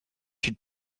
she